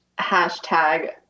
hashtag